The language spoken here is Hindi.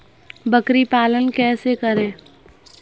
बकरी पालन कैसे करें?